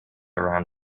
around